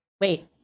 Wait